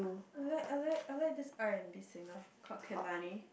I like I like I like this R-and-B singer called Kehlani